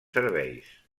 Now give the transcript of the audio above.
serveis